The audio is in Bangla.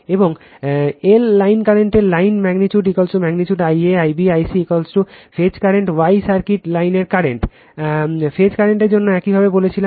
এবং L লাইন কারেন্টের line magnitude magnitude I a I b I c phase current আমি Y circuit line current phase কারেন্টের জন্য একইভাবে বলেছিলাম